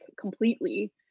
completely